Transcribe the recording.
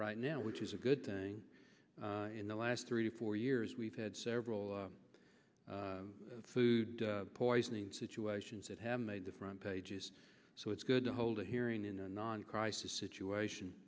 right now which is a good thing in the last three to four years we've had several food poisoning situations that have made the front pages so it's good to hold a hearing in non crisis situation